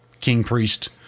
king-priest